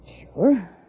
Sure